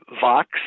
vox